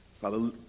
Father